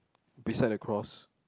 beside the cross